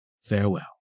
Farewell